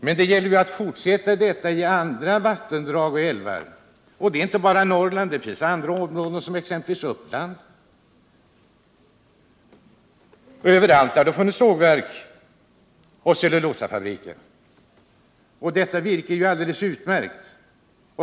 Men det gäller ju att fortsätta dessa arbeten i andra vattendrag och älvar, inte bara i Norrland — det finns andra områden, exempelvis Uppland. Överallt har det funnits sågverk och cellulosafabriker. Detta virke är ju alldeles utmärkt.